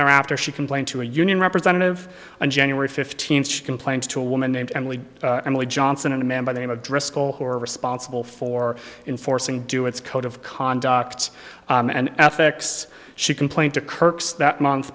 thereafter she complained to a union representative on january fifteenth complaints to a woman named emily emily johnson and a man by the name address who are responsible for enforcing do its code of conduct and ethics she complained to kirk's that month